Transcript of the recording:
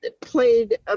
played